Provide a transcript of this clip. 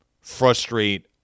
frustrate